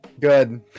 Good